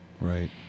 Right